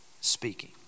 speaking